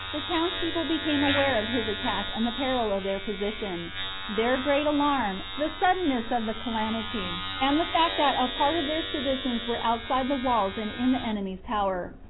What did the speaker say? the towns-people became aware of his attack and the peril of their position their great alarm, the suddenness of the calamity, and the fact that a part of their citizens were outside the walls and in the enemy's power,